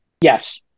Yes